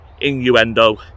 innuendo